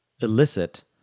elicit